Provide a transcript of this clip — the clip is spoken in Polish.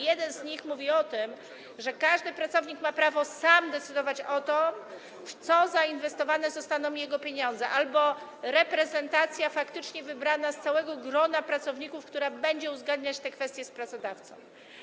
Jeden z nich mówi o tym, że albo każdy pracownik ma prawo sam decydować o tym, w co zainwestowane zostaną jego pieniądze, albo reprezentacja faktycznie wybrana z całego grona pracowników, która będzie uzgadniać te kwestie z pracodawcą.